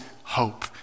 hope